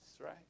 right